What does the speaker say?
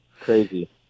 crazy